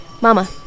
Mama